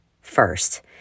first